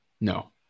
No